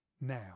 now